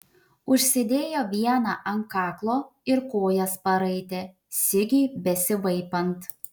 užsidėjo vieną ant kaklo ir kojas paraitė sigiui besivaipant